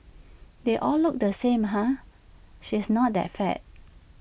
they all look the same ah she's not that fat